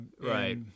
Right